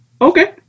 Okay